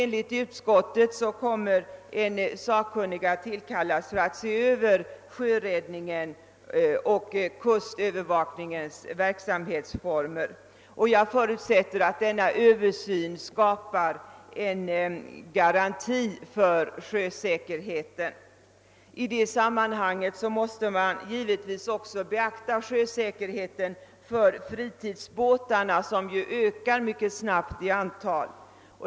Enligt vad utskottet skriver kommer nu en sakkunnig att tillkallas för att se över sjöräddningens och kustövervakningens verksamhetsformer, och jag förutsätter att denna översyn kommer att skapa garantier för sjösäkerheten. I detta sammanhang måste man givetvis också beakta sjösäkerhetskravet för fritidsbåtarna, som ju ökar mycket snabbt i antal.